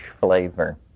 flavor